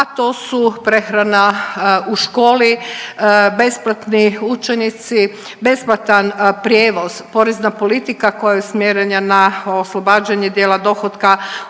a to su prehrana u školi, besplatni udžbenici, besplatan prijevoz, porezna politika koja je usmjerena na oslobađanje dijela dohotka